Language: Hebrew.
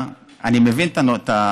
אני חושב שיהיה לכם קצת קשה להצביע.